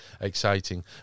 exciting